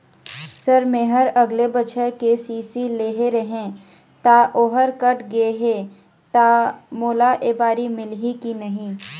Sir मेहर अगले बछर के.सी.सी लेहे रहें ता ओहर कट गे हे ता मोला एबारी मिलही की नहीं?